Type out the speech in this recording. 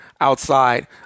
outside